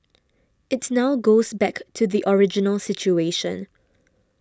it now goes back to the original situation